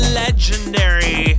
legendary